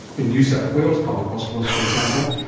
in new south wales public hospitals, for example,